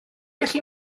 gallu